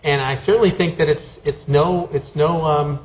and i certainly think that it's it's no it's no